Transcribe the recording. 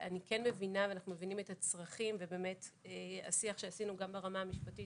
אני כן מבינה ואנחנו מבינים את הצרכים ובאמת השיח שעשינו גם ברמה המשפטית